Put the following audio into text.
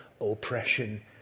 oppression